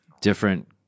different